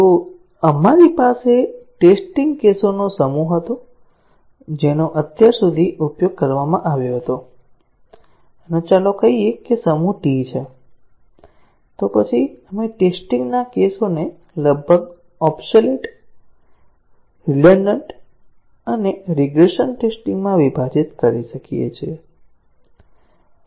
જો આપણી પાસે ટેસ્ટીંગ કેસોનો સમૂહ હતો જેનો અત્યાર સુધી ઉપયોગ કરવામાં આવ્યો હતો અને ચાલો કહીએ કે સમૂહ T છે તો પછી આપણે આ ટેસ્ટીંગ ના કેસોને લગભગ ઓબ્સેલેટ રીડન્ડન્ટ અને રીગ્રેસન ટેસ્ટીંગ માં વિભાજીત કરી શકીએ છીએ